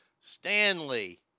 Stanley